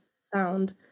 sound